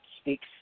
speaks